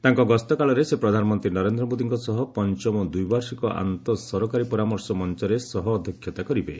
ତାଙ୍କ ଗସ୍ତକାଳରେ ସେ ପ୍ରଧାନମନ୍ତ୍ରୀ ନରେନ୍ଦ୍ର ମୋଦିଙ୍କ ସହ ପଞ୍ଚମ ଦ୍ୱିବାର୍ଷିକ ଆନ୍ତଃ ସରକାରୀ ପରାମର୍ଶ ମଞ୍ଚରେ ସହ ଅଧ୍ୟକ୍ଷତା କରିବେ